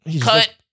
Cut